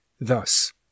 thus